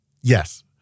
Yes